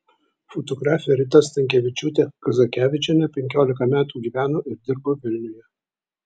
fotografė rita stankevičiūtė kazakevičienė penkiolika metų gyveno ir dirbo vilniuje